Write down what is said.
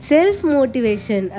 Self-motivation